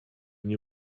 nie